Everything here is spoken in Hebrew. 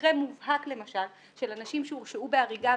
מקרה מובהק למשל של אנשים שהורשעו בהריגה,